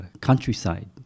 countryside